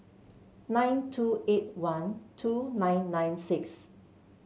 nine two eight one two nine nine six